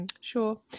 Sure